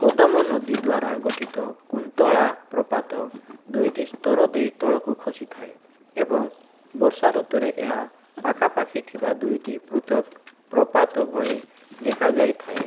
କଦମ ନଦୀ ଦ୍ୱାରା ଗଠିତ କୁନ୍ତଳା ପ୍ରପାତ ଦୁଇଟି ସ୍ତର ଦେଇ ତଳକୁ ଖସିଥାଏ ଏବଂ ବର୍ଷା ଋତୁରେ ଏହା ପାଖାପାଖି ଥିବା ଦୁଇଟି ପୃଥକ୍ ପ୍ରପାତ ଭଳି ଦେଖାଯାଇଥାଏ